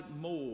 more